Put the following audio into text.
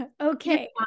Okay